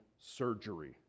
surgery